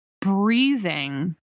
breathing